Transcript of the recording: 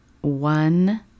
one